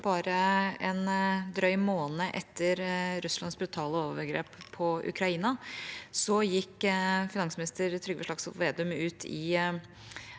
bare en drøy måned etter Russlands brutale overgrep mot Ukraina, gikk finansminister Trygve Slagsvold Vedum ut i